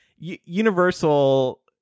Universal